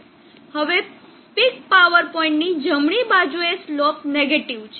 હવે peak power પોઇન્ટની જમણી બાજુએ સ્લોપ નેગેટીવ છે